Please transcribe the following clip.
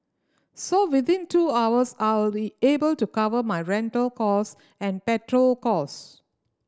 so within two hours I will be able to cover my rental cost and petrol cost